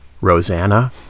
Rosanna